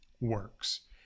works